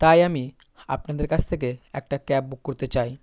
তাই আমি আপনাদের কাছ থেকে একটা ক্যাব বুক করতে চাই